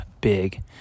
big